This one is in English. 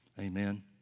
Amen